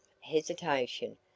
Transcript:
hesitation